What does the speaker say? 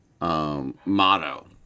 motto